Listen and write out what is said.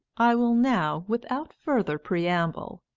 i will now, without further preamble,